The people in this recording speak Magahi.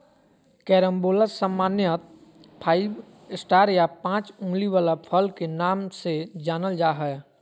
कैरम्बोला सामान्यत फाइव स्टार या पाँच उंगली वला फल के नाम से जानल जा हय